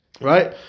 right